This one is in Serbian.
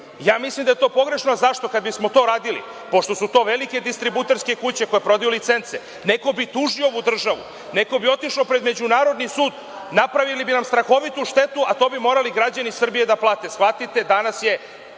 izborima. Mislim da je to pogrešno. Zašto? Kada bismo to radili, pošto su to velike distributerske kuće koje prodaju licence, neko bi tužio ovu državu, neko bi otišao pred međunarodni sud, napravili bi nam strahovitu štetu, a to bi morali građani Srbije da plate.